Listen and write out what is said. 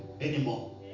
anymore